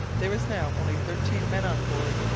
there were now only thirteen men on board,